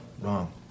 wrong